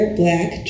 black